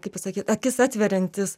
kaip pasakyt akis atveriantis